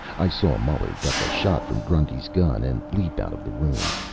i saw muller duck a shot from grundy's gun, and leap out of the room.